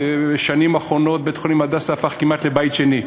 בשנים האחרונות בית-החולים "הדסה" הפך כמעט לבית שני,